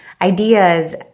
ideas